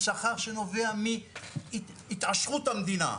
שכר שנובע מהתעשרות המדינה,